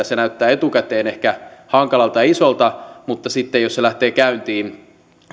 se näyttää etukäteen ehkä hankalalta ja isolta mutta sitten jos se lähtee käyntiin